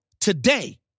today